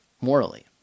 morally